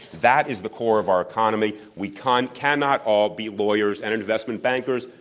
that is the core of our economy. we cannot cannot all be lawyers and investment bankers.